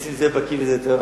נסים זאב בקי בזה יותר.